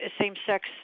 same-sex